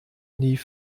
nie